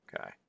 Okay